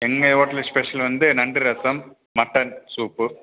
எங்கள் hotel special வந்து நண்டு ரசம் மட்டன் சூப்பு